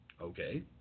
Okay